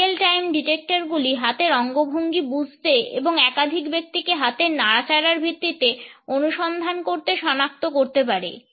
Real time detector গুলি হাতের অঙ্গভঙ্গি বুঝতে এবং একাধিক ব্যক্তিকে হাতের নড়াচাড়ার ভিত্তিতে অনুসন্ধান করে সনাক্ত করতে পারে